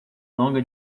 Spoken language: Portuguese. longa